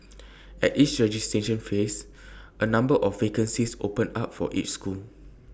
at each registration phase A number of vacancies open up for each school